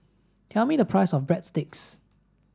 tell me the price of Breadsticks